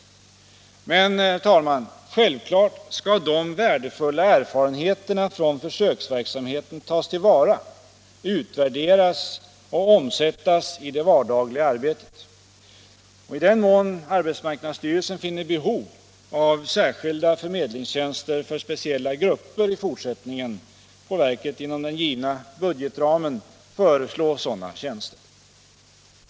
Men, herr talman, självklart skall de värdefulla erfarenheterna från försöksverksamheten tas till vara, utvärderas och omsättas i det vardagliga arbetet. I den mån arbetsmarknadsstyrelsen finner behov av särskilda förmedlingstjänster för speciella grupper i fortsättningen får verket inom den givna budgetramen föreslå sådana tjänster.